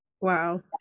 Wow